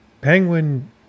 Penguin